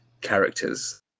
characters